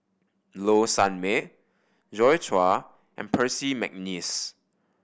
Low Sanmay Joi Chua and Percy McNeice